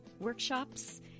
workshops